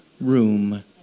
room